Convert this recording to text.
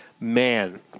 man